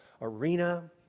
arena